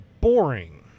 boring